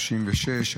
136),